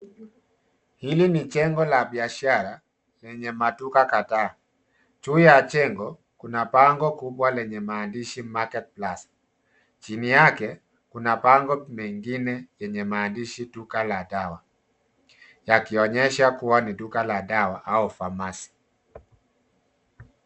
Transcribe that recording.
Hili ni jengo la biashara lenye maduka kadhaa, juu ya jengo kuna bango kubwa lenye maandishi Market Plus . Chini yake kuna bango mengine yenye maandishi duka la dawa yakionyesha kuwa ni duka la dawa au famasi.